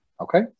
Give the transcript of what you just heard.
okay